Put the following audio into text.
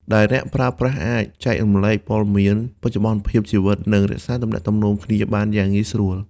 ដែលអ្នកប្រើប្រាស់អាច ចែករំលែកព័ត៌មាន បច្ចុប្បន្នភាពជីវិត និងរក្សាទំនាក់ទំនងគ្នាបានយ៉ាងងាយស្រួល។